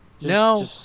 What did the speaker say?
No